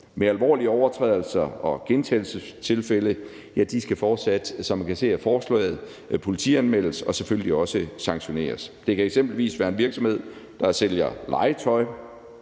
Mere alvorlige overtrædelser og gentagelsestilfælde skal fortsat, som man kan se af forslaget, politianmeldes og selvfølgelig også sanktioneres. Det kan eksempelvis være en virksomhed, der sælger legetøj,